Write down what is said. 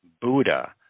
Buddha